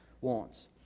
wants